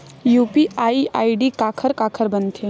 UPI ID काखर काखर बनथे?